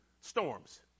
Storms